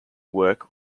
work